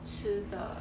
吃的